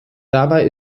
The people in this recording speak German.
dabei